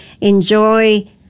enjoy